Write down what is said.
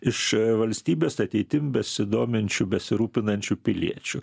iš valstybės ateitim besidominčių besirūpinančių piliečių